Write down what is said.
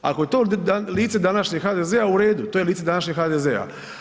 Ako je to lice današnjeg HDZ-a, u redu, to je lice današnjeg HDZ-a.